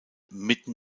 mitten